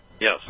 Yes